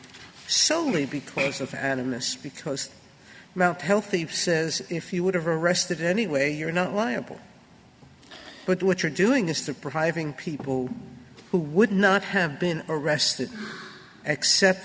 only because of animus because mt healthy says if you would have arrested anyway you're not liable but what you're doing is to providing people who would not have been arrested except